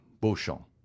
Beauchamp